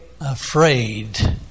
afraid